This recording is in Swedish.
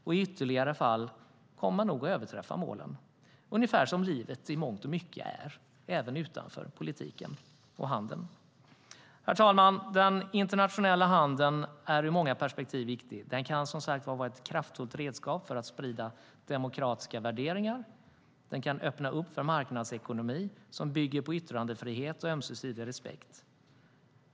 Och i ytterligare fall kommer man nog att överträffa målen. Det är ungefär som livet i mångt och mycket är, även utanför politiken och handeln. Herr talman! Den internationella handeln är ur många perspektiv viktig. Den kan som sagt vara ett kraftfullt redskap för att sprida demokratiska värderingar. Den kan öppna för marknadsekonomi som bygger på yttrandefrihet och ömsesidig respekt.